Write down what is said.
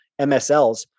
MSLs